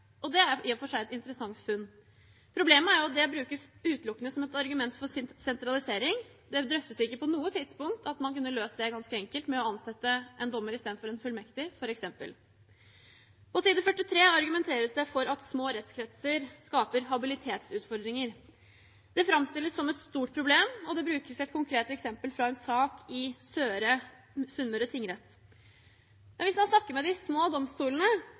Det er i og for seg et interessant funn. Problemet er at det utelukkende brukes som et argument for sentralisering. Det drøftes ikke på noe tidspunkt at man kunne løst det ganske enkelt med f.eks. å ansette en dommer istedenfor en fullmektig. På side 43 argumenteres det for at små rettskretser skaper habilitetsutfordringer. Det framstilles som et stort problem, og det brukes et konkret eksempel fra en sak i Søre Sunnmøre tingrett. Men hvis man snakker med de små domstolene,